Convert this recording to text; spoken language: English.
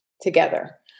together